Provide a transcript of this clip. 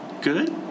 good